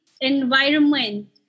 environment